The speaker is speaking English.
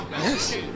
Yes